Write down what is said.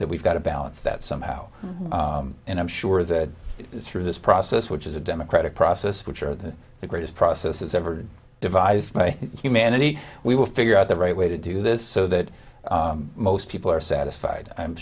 that we've got to balance that somehow and i'm sure that through this process which is a democratic process which are the greatest processes ever devised by humanity we will figure out the right way to do this so that most people are satisfied i'm